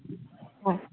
অঁ